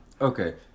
okay